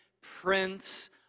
Prince